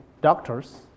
doctors